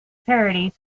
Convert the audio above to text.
parodies